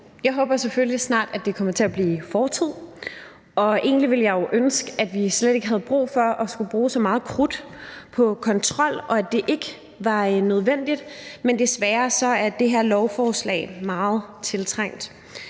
Jeg håber selvfølgelig, at det snart kommer til at blive fortid, og egentlig ville jeg jo ønske, at vi slet ikke havde brug for at skulle bruge så meget krudt på kontrol, og at det ikke var nødvendigt, men desværre er det her lovforslag meget tiltrængt.